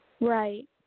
Right